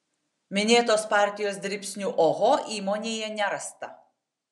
minėtos partijos dribsnių oho įmonėje nerasta